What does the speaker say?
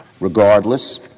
Regardless